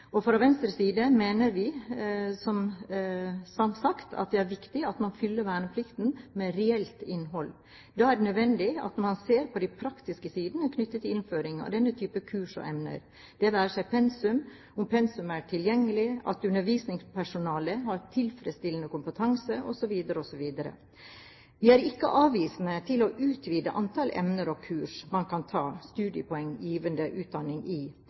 og fra Venstres side mener vi, som sagt, at det er viktig at man fyller verneplikten med reelt innhold. Da er det nødvendig at man ser på de praktiske sidene knyttet til innføringen av denne type kurs og emner, det være seg pensum, om pensum er tilgjengelig, eller at undervisningspersonalet har tilfredsstillende kompetanse, osv. osv. Vi er ikke avvisende til å utvide antall emner og kurs man kan ta studiepoenggivende utdanning i,